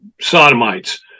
sodomites